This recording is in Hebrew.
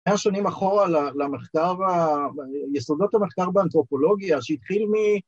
‫היה שנים אחורה ל... למחקר ב... ליסודות המחקר ‫באנתרופולוגיה, שהתחיל מ...